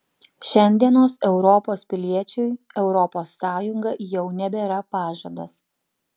šiandienos europos piliečiui europos sąjunga jau nebėra pažadas